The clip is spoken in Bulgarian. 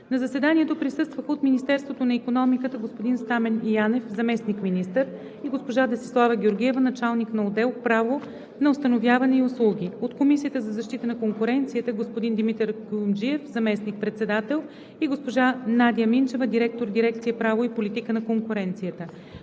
На заседанието присъстваха: от Министерството на икономиката: господин Стамен Янев – заместник-министър, и госпожа Десислава Георгиева – началник на отдел ,,Право на установяване и услуги“; от Комисията за защита на конкуренцията: господин Димитър Куюмджиев – заместник-председател, и госпожа Надя Минчева – директор на дирекция „Право и политика на конкуренцията“;